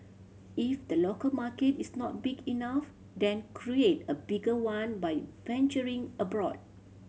if the local market is not big enough then create a bigger one by venturing abroad